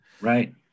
Right